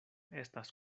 estas